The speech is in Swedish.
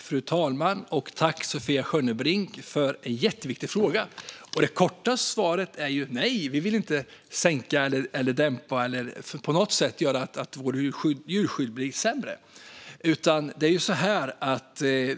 Fru talman! Jag tackar Sofia Skönnbrink för en jätteviktig fråga. Det korta svaret är att vi inte vill sänka, dämpa eller på något sätt göra att vårt djurskydd blir sämre.